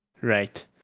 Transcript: Right